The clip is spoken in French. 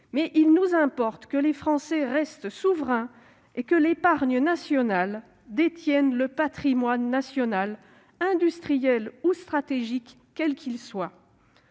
Mais il nous importe que les Français restent souverains et que, l'épargne nationale, ils détiennent le patrimoine national industriel ou stratégique, quel qu'il soit.